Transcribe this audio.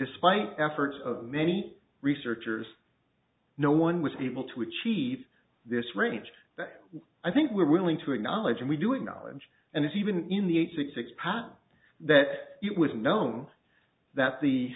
despite efforts of many researchers no one was able to achieve this range that i think we're willing to acknowledge and we do acknowledge and it's even in the eight six six patent that it was known that the